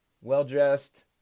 Well-dressed